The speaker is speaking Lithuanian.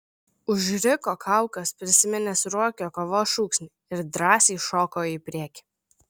užriko kaukas prisiminęs ruokio kovos šūksnį ir drąsiai šoko į priekį